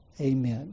amen